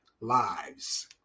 lives